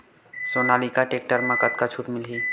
Sonalika tractor म कतका छूट मिलही?